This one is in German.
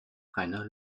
reiner